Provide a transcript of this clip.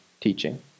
teaching